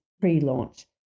pre-launch